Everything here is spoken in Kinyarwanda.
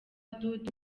dudu